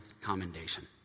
commendation